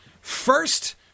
first